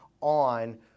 on